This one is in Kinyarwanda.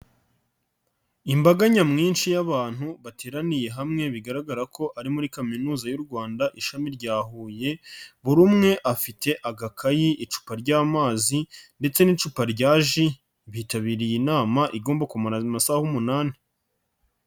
Imbaga nyamwinshi y'abantu bateraniye hamwe bigaragara ko ari muri Kaminuza y'u Rwanda ishami rya Huye, buri umwe afite agakayi, icupa ry'amazi ndetse n'icupa rya ji, bitabiriye inama igomba kumara amasaha umunani.